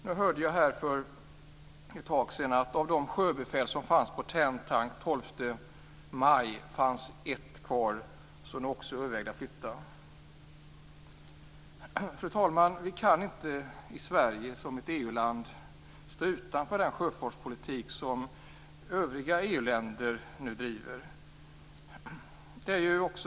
Nu hörde jag för en tid sedan att av de sjöbefäl som fanns på Tärntank den 12 maj fanns ett kvar som nu också övervägde att sluta. Fru talman! Vi i Sverige, som är ett EU-land, kan inte stå utanför den sjöfartspolitik som övriga EU länder nu driver.